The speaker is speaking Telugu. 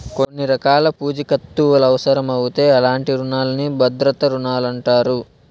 కొన్ని రకాల పూఛీకత్తులవుసరమవుతే అలాంటి రునాల్ని భద్రతా రుణాలంటారు